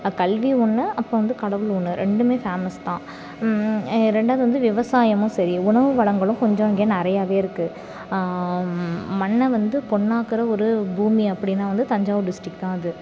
கல்வி ஒன்றும் அப்புறம் வந்து கடவுள் ஒன்று ரெண்டும் ஃபேமஸ் தான் ரெண்டாவது வந்து விவசாயமும் சரி உணவு வளங்களும் கொஞ்சம் இங்கே நிறையாவே இருக்குது மண்ணை வந்து பொண்ணாக்கிற ஒரு பூமி அப்படின்னா வந்து தஞ்சாவூர் டிஸ்டிக் தான் அது